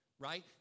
right